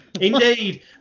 indeed